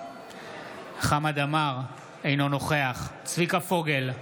חמד עמאר, אינו נוכח צביקה פוגל,